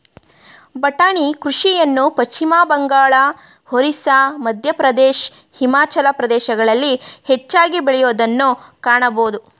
ಬಟಾಣಿ ಕೃಷಿಯನ್ನು ಪಶ್ಚಿಮಬಂಗಾಳ, ಒರಿಸ್ಸಾ, ಮಧ್ಯಪ್ರದೇಶ್, ಹಿಮಾಚಲ ಪ್ರದೇಶಗಳಲ್ಲಿ ಹೆಚ್ಚಾಗಿ ಬೆಳೆಯೂದನ್ನು ಕಾಣಬೋದು